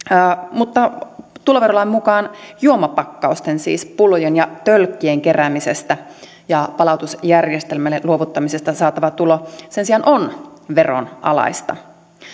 mutta tuloverolain mukaan juomapakkausten siis pullojen ja tölkkien keräämisestä ja palautusjärjestelmälle luovuttamisesta saatava tulo sen sijaan on veronalaista